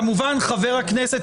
כמובן שחבר הכנסת